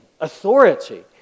authority